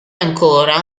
ancora